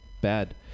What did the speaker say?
bad